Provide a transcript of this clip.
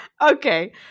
okay